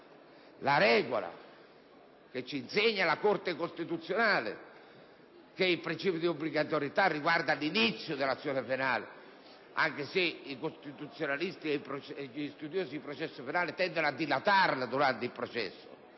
la regola che ci insegna la Corte costituzionale per cui il principio di obbligatorietà riguarda l'inizio dell'azione penale: anche se i costituzionalisti e gli studiosi di procedura penale tendono a dilatarla, la Corte è rimasta